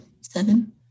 seven